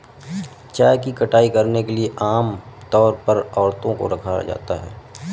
चाय की कटाई करने के लिए आम तौर पर औरतों को रखा जाता है